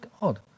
God